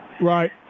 Right